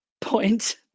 point